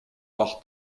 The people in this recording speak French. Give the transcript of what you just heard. par